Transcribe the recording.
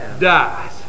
dies